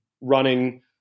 running